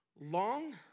Long